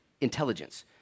intelligence